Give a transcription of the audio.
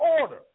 order